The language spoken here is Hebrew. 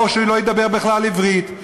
או שלא ידבר בכלל עברית,